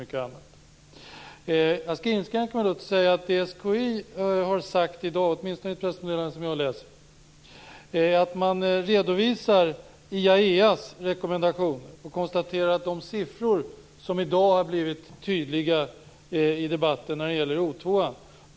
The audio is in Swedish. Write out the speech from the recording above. Jag skall dock inskränka mig till att återge vad SKI har sagt i dag, åtminstone i ett pressmeddelande som jag har läst. Man redovisar IAEA:s rekommendation och gör ett konstaterande i fråga om de siffror som i dag har blivit tydliga i debatten när det gäller O2:an.